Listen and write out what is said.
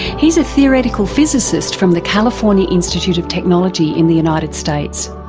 he's a theoretical physicist from the california institute of technology in the united states.